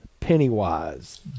Pennywise